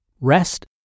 rest